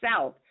South